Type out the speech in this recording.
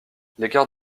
l’écart